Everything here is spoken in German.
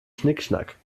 schnickschnack